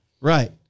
Right